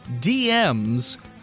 DMs